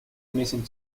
missing